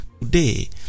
Today